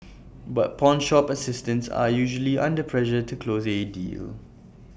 but pawnshop assistants are usually under pressure to close A deal